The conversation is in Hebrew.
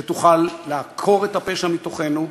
שתוכל לעקור את הפשע מתוכנו,